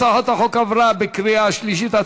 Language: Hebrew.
הצעת החוק עברה בקריאה שלישית.